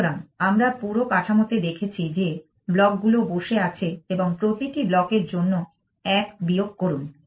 সুতরাং আমরা পুরো কাঠামোতে দেখছি যে ব্লকগুলো বসে আছে এবং প্রতিটি ব্লকের জন্য 1 বিয়োগ করুন